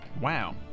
Wow